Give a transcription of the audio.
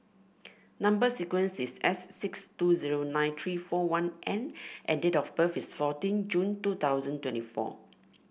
number sequence is S six two zero nine three four one N and date of birth is fourteen June two thousand twenty four